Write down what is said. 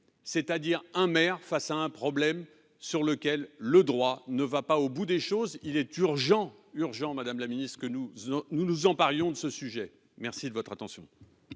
c'est-à-dire un maire face à un problème sur lequel le droit ne va pas au bout des choses, il est urgent, urgent, Madame la Ministre, que nous, nous nous en parlions de ce sujet, merci de votre attention.